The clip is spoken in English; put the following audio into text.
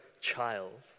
child